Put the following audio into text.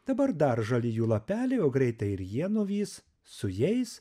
dabar dar žali jų lapeliai o greitai ir jie nuvys su jais